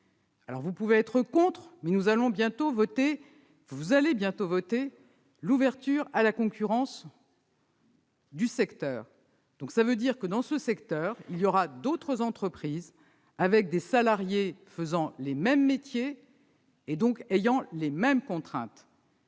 Vous pouvez être contre, mais vous allez bientôt voter l'ouverture à la concurrence du secteur. Cela signifie que, dans ce secteur, se trouveront d'autres entreprises qui auront des salariés exerçant les mêmes métiers et ayant par conséquent les mêmes contraintes.